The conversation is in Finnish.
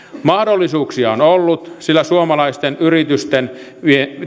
mahdollisuuksia on ollut sillä suomalaisten yritysten